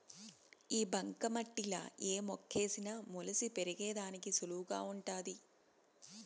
ఈ బంక మట్టిలా ఏ మొక్కేసిన మొలిసి పెరిగేదానికి సులువుగా వుంటాది